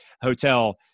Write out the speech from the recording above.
hotel